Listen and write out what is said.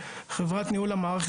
מחברת ניהול המערכת,